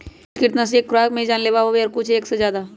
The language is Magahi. कुछ कृन्तकनाशी एक खुराक में ही जानलेवा होबा हई और कुछ एक से ज्यादा